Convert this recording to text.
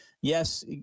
Yes